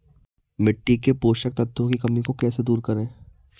मिट्टी के पोषक तत्वों की कमी को कैसे दूर करें?